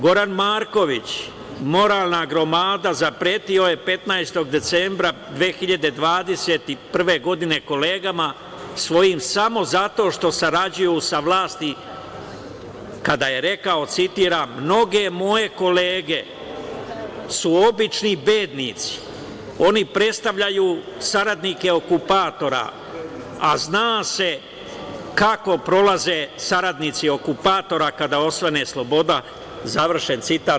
Goran Marković, moralna gromada, zapretio je 15. decembra 2021. godine kolegama svojim samo zato što sarađuju sa vlasti kada je rekao, citiram – mnoge moje kolege su obični bednici, oni predstavljaju saradnike okupatora, a zna se kako prolaze saradnici okupatora kada osvane sloboda, završen citat.